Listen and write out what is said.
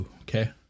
Okay